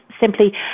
simply